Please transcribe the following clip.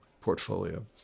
portfolio